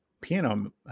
piano